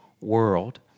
world